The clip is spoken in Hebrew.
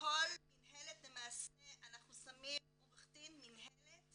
בכל מינהלת למעשה אנחנו שמים עורך דין מינהלת